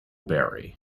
barry